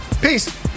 Peace